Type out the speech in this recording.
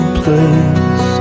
place